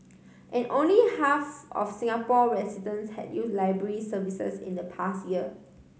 and only half of Singapore residents had used library services in the past year